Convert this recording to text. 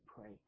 pray